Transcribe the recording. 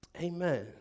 Amen